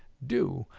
do,